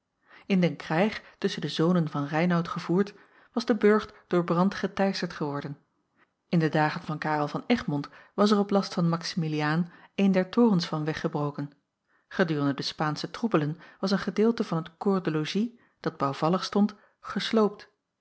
in den krijg tusschen de zonen van reinout gevoerd was de burcht door brand geteisterd geworden in de dagen van karel van egmond was er op last van maximiliaan een der torens van weggebroken gedurende de paansche troebelen was een gedeelte van het corps de logis dat bouwvallig stond gesloopt